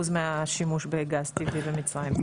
מהשימוש בגז טבעי במצרים.